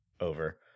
over